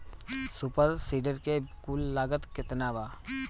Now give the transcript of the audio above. Super seeder के कुल लागत केतना बा?